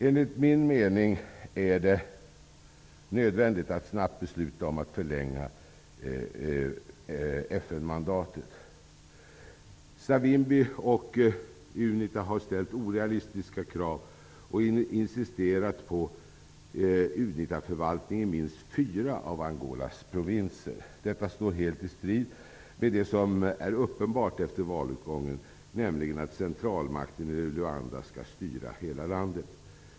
Enligt min mening är det nödvändigt att snabbt besluta om en förlängning av Savimbi och Unita har ställt orealistiska krav och insisterat på Unitaförvaltning i minst fyra av Angolas provinser. Detta står helt i strid med det som är uppenbart efter valutgången, nämligen att centralmakten i Luanda skall styra hela landet.